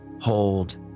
Hold